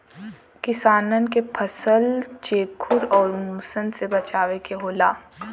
किसानन के फसल चेखुर आउर मुसन से बचावे के होला